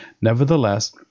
Nevertheless